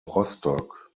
rostock